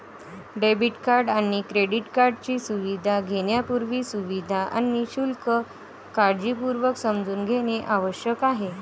debit आणि credit कार्डची सुविधा घेण्यापूर्वी, सुविधा आणि शुल्क काळजीपूर्वक समजून घेणे आवश्यक आहे